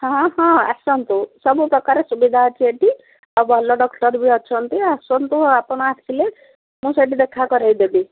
ହଁ ହଁ ଆସନ୍ତୁ ସବୁପ୍ରକାର ସୁବିଧା ଅଛି ଏଠି ଆଉ ଭଲ ଡକ୍ଟର ବି ଅଛନ୍ତି ଆସନ୍ତୁ ଆପଣ ଆସିଲେ ମୁଁ ସେଠି ଦେଖା କରେଇ ଦେବି